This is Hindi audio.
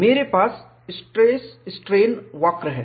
मेरे पास स्ट्रेस स्ट्रेन वक्र है